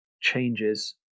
changes